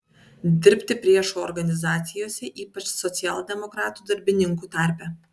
dirbti priešo organizacijose ypač socialdemokratų darbininkų tarpe